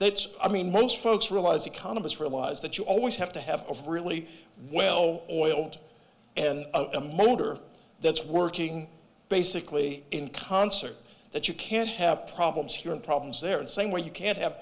that i mean most folks realize economists realize that you always have to have of really well oiled and a motor that's working basically in concert that you can't have problems here and problems there and saying well you can't have